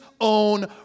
own